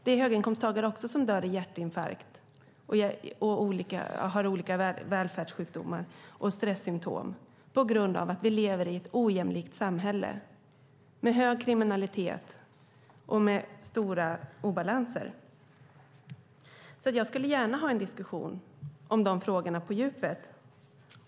Också höginkomsttagare dör i hjärtinfarkt, har olika välfärdssjukdomar och stressymtom på grund av att vi lever i ett ojämlikt samhälle med hög kriminalitet och stora obalanser. Jag skulle gärna ha en diskussion om de frågorna på djupet.